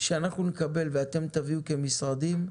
שאנחנו נקבל ושאתם תביאו כמשרדים,